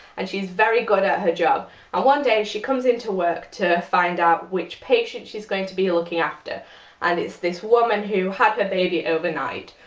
and she's very good at her job and one day, she comes into work to find out which patient she's going to be looking after and it's this woman who had the baby overnight.